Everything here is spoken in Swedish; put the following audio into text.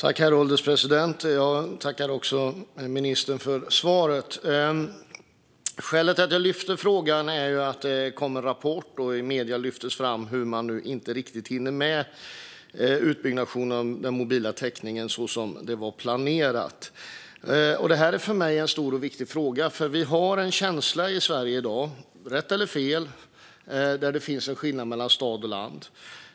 Herr ålderspresident! Jag vill tacka ministern för svaret. Jag lyfter fram frågan eftersom det kom en rapport om och lyftes fram i medierna att man inte riktigt hinner med utbyggnaden av den mobila täckningen på det sätt som var planerat. Det är för mig en stor och viktig fråga. I Sverige har vi i dag en känsla, rätt eller fel, av att det finns en skillnad mellan stad och land.